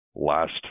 last